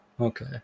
okay